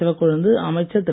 சிவக்கொழுந்து அமைச்சர் திரு